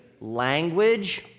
language